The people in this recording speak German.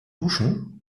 duschen